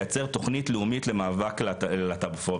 לייצר תוכנית לאומית למאבק בלהט"בופוביה.